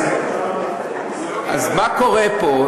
אז מה קורה פה?